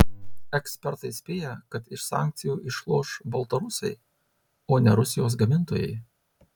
ekspertai spėja kad iš sankcijų išloš baltarusiai o ne rusijos gamintojai